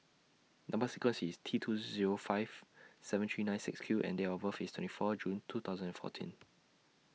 Number sequence IS T two Zero five seven three nine six Q and Date of birth IS twenty four June two thousand and fourteen